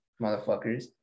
motherfuckers